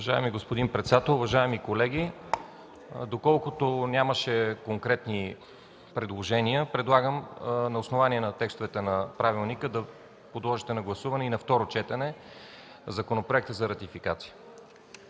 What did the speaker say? Уважаеми господин председател, уважаеми колеги! Доколкото нямаше конкретни предложения, предлагам на основание на текстовете на правилника, да подложите на гласуване и на второ четене Законопроекта за ратификация.